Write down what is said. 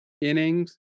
innings